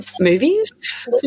Movies